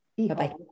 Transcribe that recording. Bye-bye